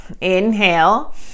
Inhale